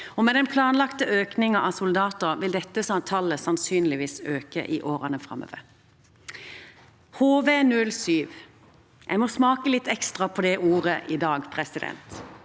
Med den planlagte økningen av soldater vil dette tallet sannsynligvis øke i årene framover. HV-07 – jeg må smake litt ekstra på det ordet i dag. Vårt eget